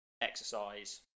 exercise